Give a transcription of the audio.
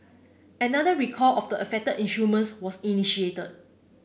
another recall of the affected instruments was initiated